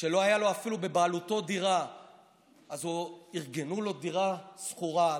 לא הייתה אפילו בבעלותו דירה אז ארגנו לו דירה שכורה.